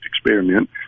experiment